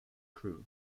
crew